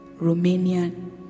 Romanian